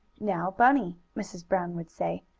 now, bunny, mrs. brown would say,